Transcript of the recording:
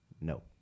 No